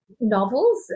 novels